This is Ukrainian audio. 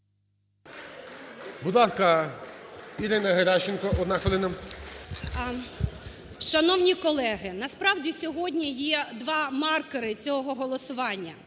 Шановні колеги, насправді, сьогодні є два маркери цього голосування: